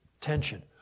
Tension